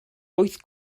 wyth